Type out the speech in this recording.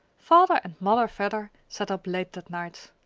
father and mother vedder sat up late that night.